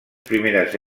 primeres